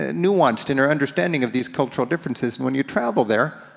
ah nuanced in our understanding of these cultural differences. when you travel there,